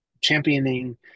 championing